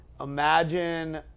imagine